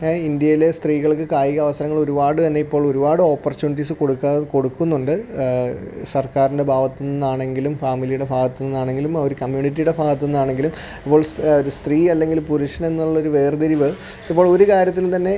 ഇന്ത്യയിലേ സ്ത്രീകൾക്ക് കായിക അവസരങ്ങളൊരുപാടു തന്നെ ഇപ്പോളൊരുപാട് ഓപ്പർച്യൂണിറ്റീസ് കൊടുക്കാ കൊറ്റുക്കുന്നുണ്ട് സർക്കാറിൻ്റെ ഭാഗത്തൂന്നാണെങ്കിലും ഫാമിലിയുടെ ഭാഗത്തൂന്നാണെങ്കിലും ഒരു കമ്മ്യൂണിറ്റിയുടെ ഫാഗത്തു നിന്നാണെങ്കിലും വുൾസ് ഒരു സ്ത്രീയല്ലെങ്കിൽ പുരുഷനെന്നുള്ളൊരു വേർതിരിവ് ഇപ്പോളൊരു കാര്യത്തിൽത്തന്നെ